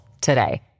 today